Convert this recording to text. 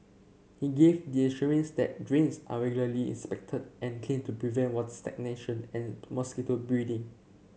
he gave the assurance that drains are regularly inspected and cleaned to prevent what's stagnation and mosquito breeding